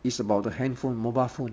it's about the handphone mobile phone